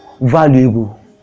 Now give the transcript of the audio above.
valuable